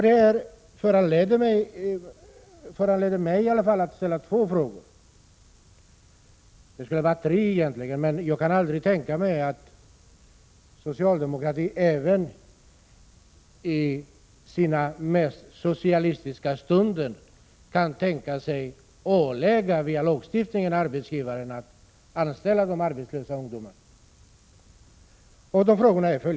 Detta föranleder mig att ställa två frågor — egentligen tre, men jag kan aldrig tänka mig att socialdemokraterna ens i sin mest socialistiska stund via lagstiftning vill ålägga arbetsgivare att anställa arbetslösa ungdomar.